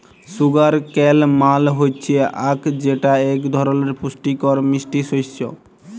sugar cane মাল হচ্যে আখ যেটা এক ধরলের পুষ্টিকর মিষ্টি শস্য